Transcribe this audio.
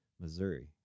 Missouri